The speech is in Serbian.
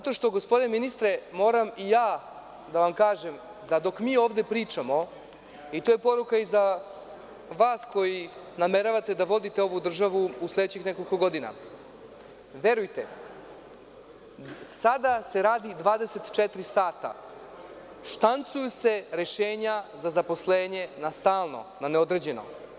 Gospodine ministre, moram i ja da vam kažem da, dok mi ovde pričamo, i to je poruka i za vas koji nameravate da vodite ovu državu u sledećih nekoliko godina, verujte, sada se radi 24 sata, štancuju se rešenja za zaposlenje na stalno, na neodređeno.